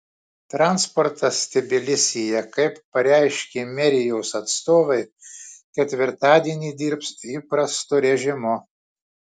transportas tbilisyje kaip pareiškė merijos atstovai ketvirtadienį dirbs įprastu režimu